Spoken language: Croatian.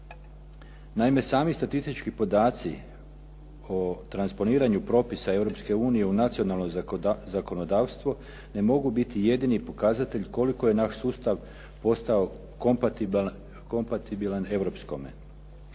Naime, sami statistički podaci o transponiranju propisa Europske unije u nacionalno zakonodavstvo ne mogu biti jedini pokazatelj koliko je naš sustav postao kompatibilan europskome.